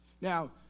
Now